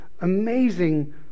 amazing